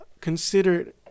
considered